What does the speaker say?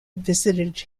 visited